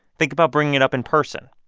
think about bringing it up in person.